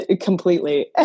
Completely